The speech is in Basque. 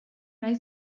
nahi